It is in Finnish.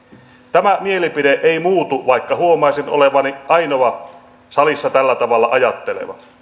tämä mielipide ei muutu vaikka huomaisin olevani ainoa salissa tällä tavalla ajatteleva